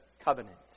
covenant